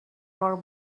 more